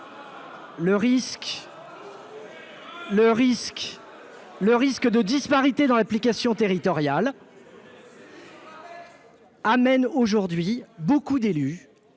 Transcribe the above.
un risque de disparités dans l'application territoriale. Aujourd'hui, beaucoup d'élus